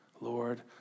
Lord